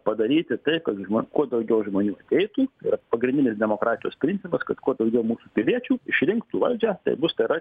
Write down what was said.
padaryti taip kad žmo kuo daugiau žmonių aeitų yra pagrindinis demokratijos principas kad kuo daugiau mūsų piliečių išrinktų valdžią tai bus tai yra